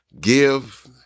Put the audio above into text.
give